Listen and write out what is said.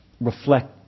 reflect